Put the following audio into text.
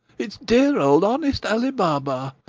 it's dear old honest ali baba!